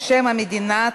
שם המדינה),